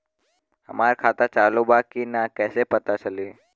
हमार खाता चालू बा कि ना कैसे पता चली?